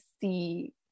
see